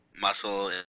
muscle